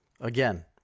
again